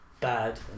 bad